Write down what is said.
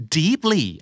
deeply